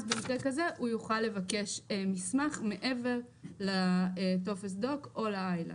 אז במקרה כזה הוא יוכל לבקש מסמך מעבר לטופס doc או ל-ILAC.